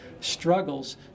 struggles